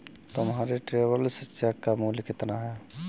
तुम्हारे travellers cheque का मूल्य कितना है?